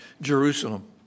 Jerusalem